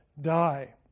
die